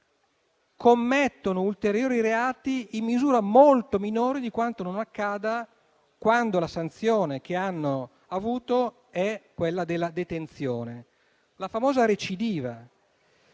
commettono ulteriori reati in misura molto minore di quanto non accada quando la sanzione che hanno avuto è quella della detenzione. È la famosa recidiva.